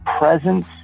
presence